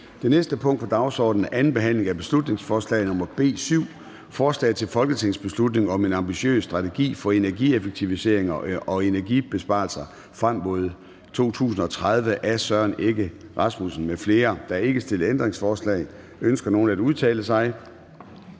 Det næste punkt på dagsordenen er: 11) 2. (sidste) behandling af beslutningsforslag nr. B 7: Forslag til folketingsbeslutning om en ambitiøs strategi for energieffektiviseringer og energibesparelser frem mod 2030. Af Søren Egge Rasmussen (EL) m.fl. (Fremsættelse 13.12.2022. 1. behandling